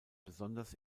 besonders